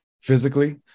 physically